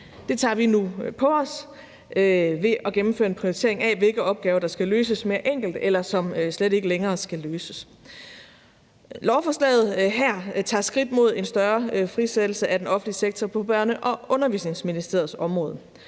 Det tager vi nu på os ved at gennemføre en prioritering af, hvilke opgaver der skal løses mere enkelt, eller som slet ikke længere skal løses. Lovforslaget her tager skridt mod en større frisættelse af den offentlige sektor på Børne- og Undervisningsministeriets område.